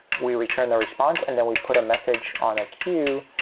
we return the response and then we put a message on a queue.